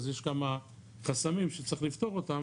אז יש כמה חסמים שצריך לפתור אותם